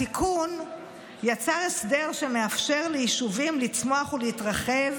התיקון יצר הסדר שמאפשר ליישובים לצמוח ולהתרחב